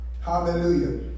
Hallelujah